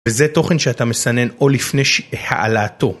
וזה תוכן שאתה מסנן או לפני העלאתו.